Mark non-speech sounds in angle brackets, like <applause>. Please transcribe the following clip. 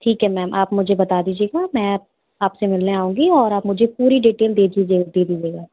ठीक है मैम आप मुझे बता दीजिएगा मैं आप से मिलने आऊँगी और आप मुझे पूरी डिटेल दे दीजिएगा <unintelligible>